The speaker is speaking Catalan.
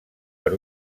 per